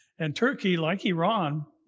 and turkey, like iran,